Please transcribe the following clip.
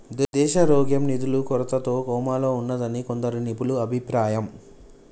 దేశారోగ్యం నిధుల కొరతతో కోమాలో ఉన్నాదని కొందరు నిపుణుల అభిప్రాయం